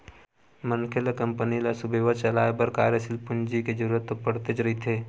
मनखे ल कंपनी ल सुबेवत चलाय बर कार्यसील पूंजी के जरुरत तो पड़तेच रहिथे